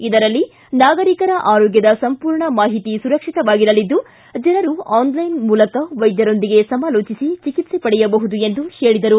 ಇದರಲ್ಲಿ ನಾಗರಿಕರ ಆರೋಗ್ಯದ ಪೂರ್ಣ ಮಾಹಿತಿ ಸುರಕ್ಷಿತವಾಗಿರಲಿದ್ದು ಜನರು ಆನ್ಲೈನ್ ಮೂಲಕ ವೈದ್ಯರೊಂದಿಗೆ ಸಮಾಲೋಚಿಸಿ ಚಿಕಿತ್ಸೆ ಪಡೆಯಬಹುದು ಎಂದು ಹೇಳಿದರು